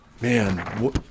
Man